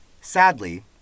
Sadly